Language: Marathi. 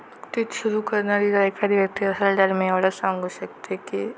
नुकतीच सुरू करणारी जर एखादी व्यक्ती असेल तर मी एवढं सांगू शकते की